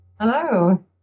hello